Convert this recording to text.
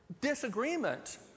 disagreement